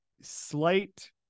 slight